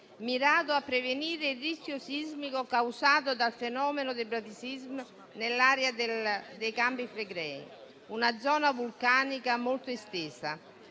mirato a prevenire il rischio sismico causato dal fenomeno del bradisismo nell'area dei Campi Flegrei, una zona vulcanica molto estesa.